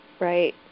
Right